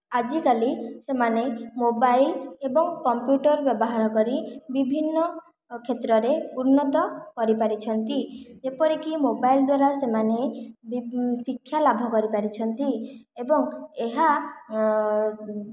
ଆଜିକାଲି ସେମାନେ ମୋବାଇଲ୍ ଏବଂ କମ୍ପ୍ୟୁଟର୍ ବ୍ୟବହାର କରି ବିଭିନ୍ନ କ୍ଷେତ୍ରରେ ଉନ୍ନତ କରିପାରିଛନ୍ତି ଯେପରିକି ମୋବାଇଲ୍ ଦ୍ୱାରା ସେମାନେ ଶିକ୍ଷା ଲାଭ କରିପାରିଛନ୍ତି ଏବଂ ଏହା